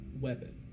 weapon